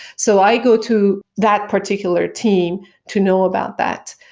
so i go to that particular team to know about that.